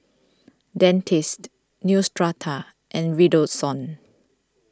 Dentiste Neostrata and Redoxon